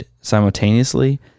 simultaneously